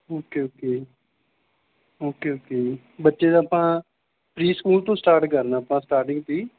okay okay okay okay ਬੱਚੇ ਦਾ ਆਪਾਂ ਪ੍ਰੀ ਸਕੂਲ ਤੋਂ ਸਟਾਟ ਕਰਨਾ ਆਪਾਂ ਸਟਾਟਿੰਗ ਤੋਂ ਹੀ